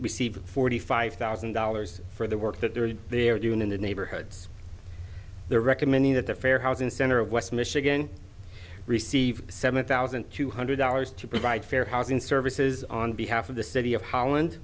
receive forty five thousand dollars for the work that there are they're doing in the neighborhoods they're recommending that the fair housing center of west michigan receive seven thousand two hundred dollars to provide fair housing services on behalf of the city of holland